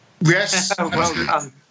Yes